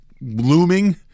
looming